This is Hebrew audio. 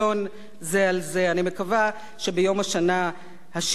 אני מקווה שביום השנה ה-17 לרצח יצחק